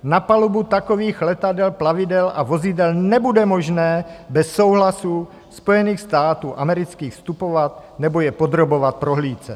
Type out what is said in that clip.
Na palubu takových letadel, plavidel a vozidel nebude možné bez souhlasu Spojených států amerických vstupovat nebo je podrobovat prohlídce.